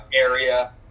area